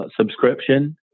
subscription